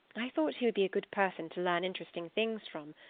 i thought he would be a good person to learn interesting things from,